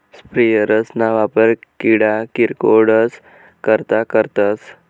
sprayers ना वापर किडा किरकोडस करता करतस